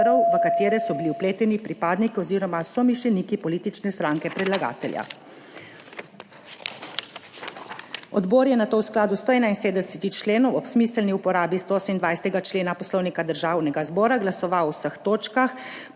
v katere so bili vpleteni pripadniki oz. somišljeniki politične stranke predlagatelja. Odbor je nato v skladu s 171. členom ob smiselni uporabi 128. člena Poslovnika Državnega zbora, glasoval o vseh točkah